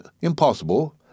impossible—